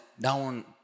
down